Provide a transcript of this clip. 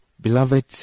Beloved